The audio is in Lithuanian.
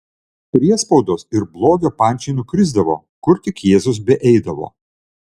priespaudos ir blogio pančiai nukrisdavo kur tik jėzus beeidavo